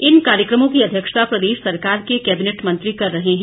इन कार्यक्रमों की अध्यक्षता प्रदेश सरकार के कैबिनेट मंत्री कर रहे हैं